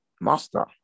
Master